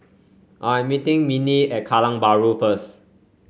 I am meeting Minnie at Kallang Bahru first